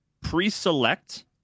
pre-select